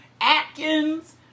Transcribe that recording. Atkins